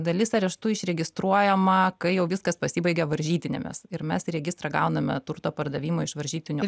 dalis areštų išregistruojama kai jau viskas pasibaigia varžytinėmis ir mes į registrą gauname turto pardavimo iš varžytynių a